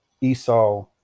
esau